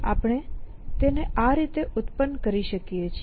આપણે તેને આ રીતે ઉત્પન્ન કરી શકીએ છીએ